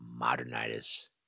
Modernitis